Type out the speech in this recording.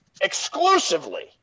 exclusively